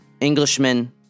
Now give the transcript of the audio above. Englishman